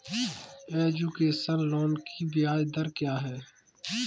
Education loan की ब्याज दर क्या है?